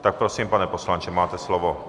Tak prosím, pane poslanče, máte slovo.